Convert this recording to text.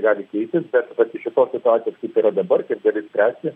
gali keistis bet vat iš šitos situacijos kaip yra dabar kiek gali spręsti